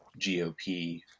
GOP